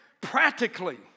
practically